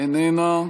איננה.